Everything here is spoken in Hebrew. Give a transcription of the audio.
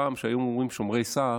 פעם, כשהיו אומרים "שומרי סף"